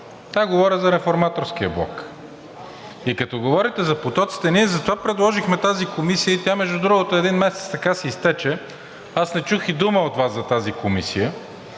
Да, говоря за Реформаторския блок. И като говорите за потоците, ние затова предложихме тази комисия – и тя, между другото, един месец така си изтече, аз не чух и дума от Вас за тази комисия.